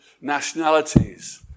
nationalities